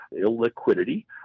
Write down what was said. illiquidity